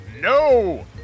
No